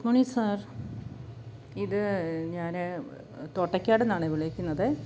good morning sir ഇത് ഞാന് തോട്ടയ്ക്കാട്ന്നാണെ വിളിക്കുന്നത്